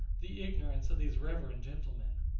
the ignorance of these reverend gentlemen.